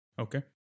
Okay